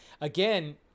again